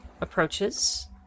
approaches